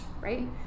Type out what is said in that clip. right